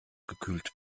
gekühlt